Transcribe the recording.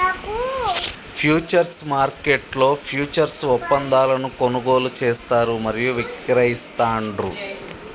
futures మార్కెట్లో futures ఒప్పందాలను కొనుగోలు చేస్తారు మరియు విక్రయిస్తాండ్రు